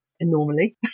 normally